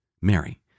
Mary